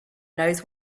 knows